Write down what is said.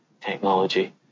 technology